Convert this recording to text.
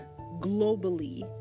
globally